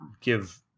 give